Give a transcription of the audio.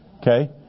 Okay